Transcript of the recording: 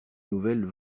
nouvelles